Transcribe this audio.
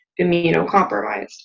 immunocompromised